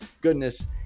goodness